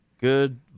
Good